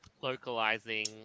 localizing